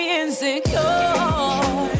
insecure